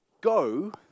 go